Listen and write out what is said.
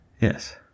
Yes